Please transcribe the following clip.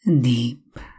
Deep